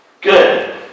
Good